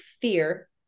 fear